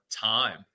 time